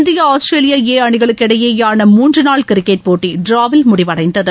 India Australia A அணிகளுக்கு இடையேயான மூன்று நாள் கிரிக்கெட் போட்டி டிராவில் முடிவடைந்தது